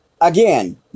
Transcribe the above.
again